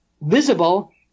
visible